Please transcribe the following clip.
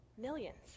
Millions